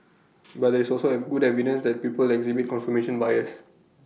but there is also at good evidence that people exhibit confirmation bias